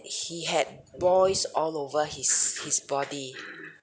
he had boils all over his his body